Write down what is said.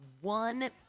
one